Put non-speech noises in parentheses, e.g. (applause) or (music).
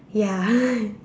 ya (laughs)